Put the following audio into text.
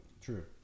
True